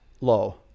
low